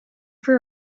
for